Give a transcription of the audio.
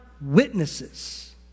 witnesses